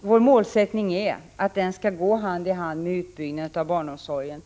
vår målsättning är att den skall gå hand i hand med utbyggnaden av barnomsorgen.